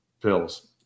pills